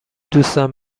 دوستم